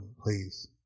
please